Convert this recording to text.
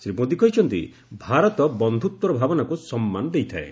ଶ୍ରୀ ମୋଦୀ କହିଛନ୍ତି ଭାରତ ବନ୍ଧୁତ୍ୱର ଭାବନାକୁ ସମ୍ମାନ ଦେଇଥାଏ